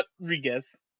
Rodriguez